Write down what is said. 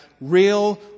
real